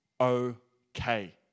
okay